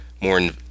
more